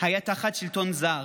תחת שלטון זר.